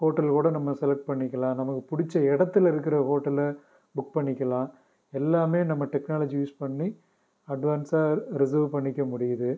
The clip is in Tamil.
ஹோட்டல் கூட நம்ம செலக்ட் பண்ணிக்கலாம் நமக்கு பிடுச்ச இடத்துல இருக்கிற ஹோட்டலை புக் பண்ணிக்கலாம் எல்லாமே நம்ம டெக்னாலஜி யூஸ் பண்ணி அட்வான்ஸாக ரிசர்வ் பண்ணிக்க முடியிது